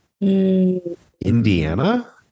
Indiana